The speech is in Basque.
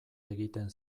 egiten